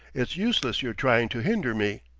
it's useless your trying to hinder me.